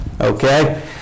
okay